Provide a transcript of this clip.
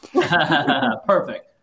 Perfect